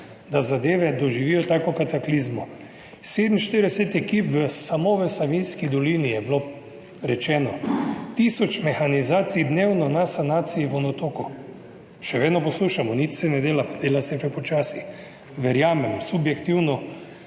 da zadeve doživijo tako kataklizmo? 47 ekip samo v Savinjski dolini je bilo rečeno, tisoč mehanizacij dnevno na sanaciji vodotokov. Še vedno poslušamo, nič se ne dela, dela se prepočasi. Verjamem, subjektivno